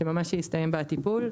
שממש הסתיים בה הטיפול,